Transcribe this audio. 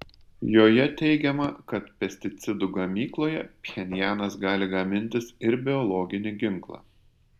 joje teigiama kad pesticidų gamykloje pchenjanas gali gamintis ir biologinį ginklą